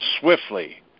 swiftly